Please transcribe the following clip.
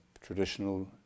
traditional